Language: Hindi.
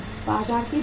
बाजार के बाहर